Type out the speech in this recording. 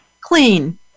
clean